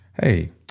Hey